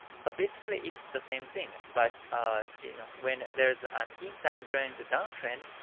so basically it's the same thing. but you know when there's an inside during the down trend,